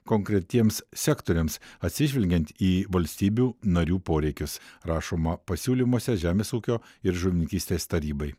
konkretiems sektoriams atsižvelgiant į valstybių narių poreikius rašoma pasiūlymuose žemės ūkio ir žuvininkystės tarybai